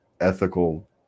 ethical